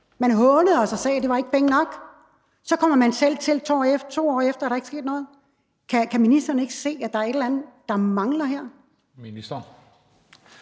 Man hånede os og sagde, at det ikke var penge nok. Så kommer man selv til 2 år efter, og der er ikke sket noget. Kan ministeren ikke se, at der er et eller andet, der mangler her?